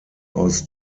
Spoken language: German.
aus